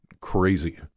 crazy